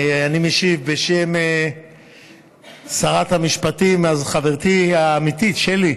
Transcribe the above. אני משיב בשם שרת המשפטים, אז חברתי האמיתית שלי,